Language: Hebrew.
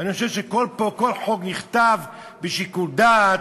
ואני חושב שכל חוק נכתב בשיקול דעת,